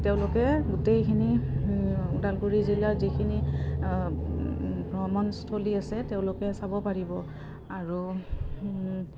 তেওঁলোকে গোটেইখিনি ওদালগুৰি জিলাৰ যিখিনি ভ্ৰমণস্থলী আছে তেওঁলোকে চাব পাৰিব আৰু